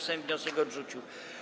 Sejm wniosek odrzucił.